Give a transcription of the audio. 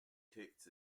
takes